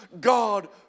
God